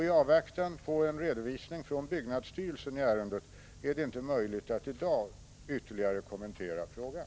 I avvaktan på en redovisning från byggnadsstyrelsen i ärendet är det inte möjligt att i dag ytterligare kommentera frågan.